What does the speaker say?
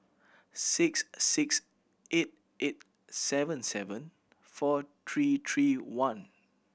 six six eight eight seven seven four three three one